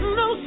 no